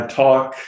talk